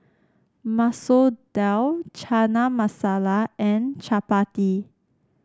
Masoor Dal Chana Masala and Chapati